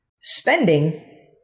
Spending